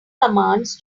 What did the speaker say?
commands